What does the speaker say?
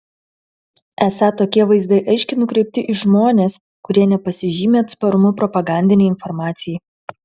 esą tokie vaizdai aiškiai nukreipti į žmones kurie nepasižymi atsparumu propagandinei informacijai